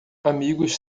amigos